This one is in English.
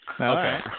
Okay